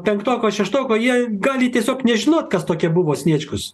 penktoko šeštoko jei gali tiesiog nežinot kas tokie buvo sniečkus